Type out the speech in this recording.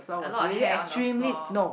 a lot of hair on the floor